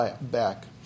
back